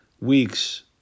weeks